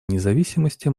независимости